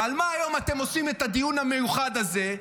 ועל מה אתם עושים היום את הדיון המיוחד הזה?